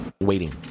waiting